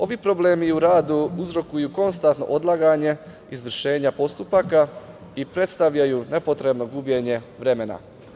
Ovi problemi u radu uzrokuju konstantno odlaganje izvršenja postupaka i predstavljaju nepotrebno gubljenje vremena.